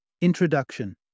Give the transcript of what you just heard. Introduction